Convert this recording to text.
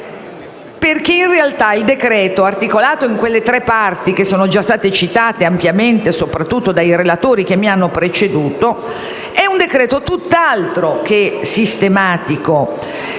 Perché in realtà il decreto-legge, articolato nelle tre parti che sono già state ampiamente citate soprattutto dai relatori che mi hanno preceduto, è tutt'altro che sistematico.